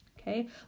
Okay